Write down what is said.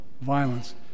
violence